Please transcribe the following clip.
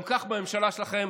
גם כך בממשלה שלכם